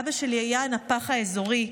"אבא שלי היה הנפח האזורי,